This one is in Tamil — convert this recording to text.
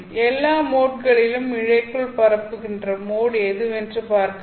எல்லா மோட்களிலும் இழைக்குள் பரப்புகின்ற மோட் எதுவென்று பார்க்க வேண்டும்